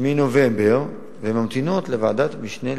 מנובמבר והן ממתינות לוועדת משנה להתנגדויות.